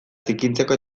zikintzeko